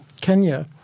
Kenya